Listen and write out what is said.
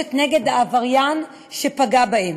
שמוגשת נגד העבריין שפגע בהם.